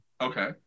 Okay